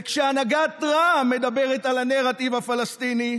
וכשהנהגת רע"מ מדברת על הנרטיב הפלסטיני,